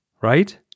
Right